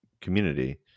community